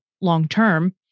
long-term